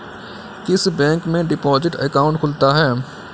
किस बैंक में deposit account खुलता है?